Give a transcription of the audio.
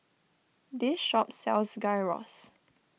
this shop sells Gyros